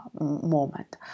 moment